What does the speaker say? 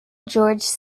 george